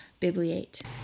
Bibliate